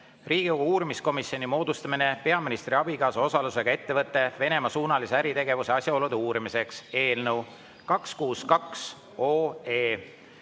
"Riigikogu uurimiskomisjoni moodustamine peaministri abikaasa osalusega ettevõtte Venemaa-suunalise äritegevuse asjaolude uurimiseks" eelnõu 262